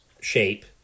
shape